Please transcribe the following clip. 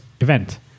Event